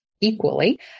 equally